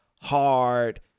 hard